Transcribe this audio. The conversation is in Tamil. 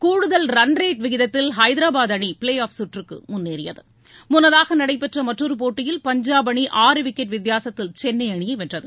கூடுதல் ரன் ரேட் விகிதத்தில் ஹைதராபாத் அணி ப்ளே ஆப் சுற்றுக்கு முன்னேறியது முன்னதாக நடைபெற்ற மற்றொரு போட்டியில் பஞ்சாப் அணி ஆறு விக்கெட் வித்தியாசத்தில் சென்னை அணியை வென்றது